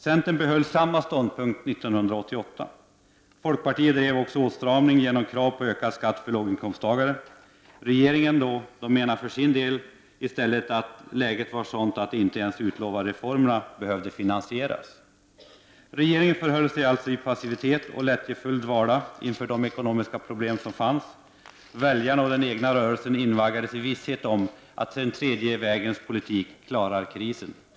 Centern intog samma ståndpunkt 1988. Folkpartiet drev också en politik som innebar åtstramning genom att ställa krav på ökad skatt för låginkomsttagare. Regeringen menade i stället att läget var sådant att de utlovade reformerna inte behövde finansieras. Re ekonomiska pollitiken och för budget geringen förhöll sig alltså passiv och i lättjefull dvala inför de ekonomiska problem som fanns. Väljarna och den egna rörelsen invaggades i visshet om att den tredje vägens politik skulle klara krisen.